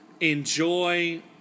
enjoy